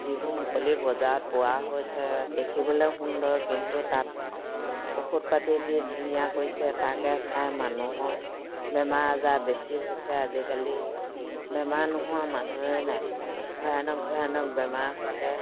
যিবোৰ মুকলি বজাৰত পোৱা হৈছে দেখিবলৈ সুন্দৰ কিন্তু তাত ঔষধ পাতি দি ধুনীয়া কৰিছে তাকে খাই মানুহৰ বেমাৰ আজাৰ বেছি হৈছে আজিকালি বেমাৰ নোহোৱা মানুহেই নাই ভয়ানক ভয়ানক বেমাৰ হৈছে